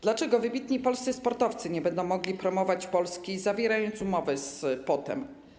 Dlaczego wybitni polscy sportowcy nie będą mogli promować Polski, zawierając umowy z POT-em?